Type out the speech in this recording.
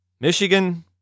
Michigan